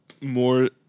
more